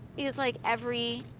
he has, like, every